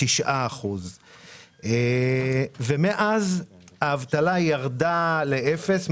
11.9%. ומאז האבטלה ירדה לאפס,